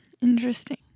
Interesting